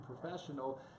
professional